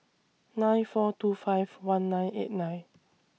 nine four two five one nine eight nine